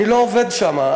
אני לא עובד שם,